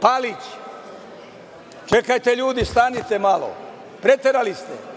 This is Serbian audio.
Palić? Čekajte ljudi, stanite malo, preterali ste.